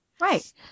Right